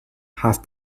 have